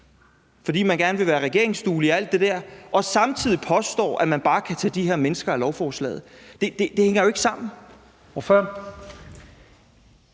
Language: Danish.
fordi man gerne vil være regeringsduelig og alt det der, og samtidig påstår, at man bare kan tage de her mennesker af lovforslaget? Det hænger jo ikke sammen.